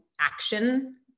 action